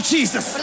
Jesus